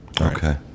Okay